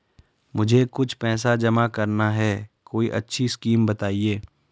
मुझे कुछ पैसा जमा करना है कोई अच्छी स्कीम बताइये?